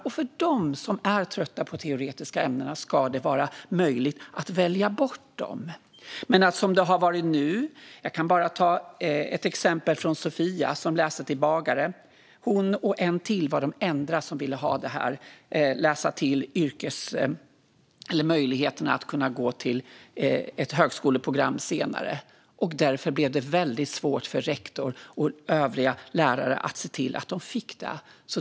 Och för dem som är trötta på de teoretiska ämnena ska det vara möjligt att välja bort dessa. Jag vill ge ett exempel på hur det har varit fram till nu. Sofia läser till bagare, och hon och en till var de enda som ville ha denna möjlighet att gå till ett högskoleprogram senare. Därför blev det väldigt svårt för rektor och övriga lärare att se till att de fick det.